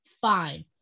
fine